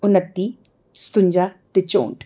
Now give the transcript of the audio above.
नत्ती सतुजां ते चौंठ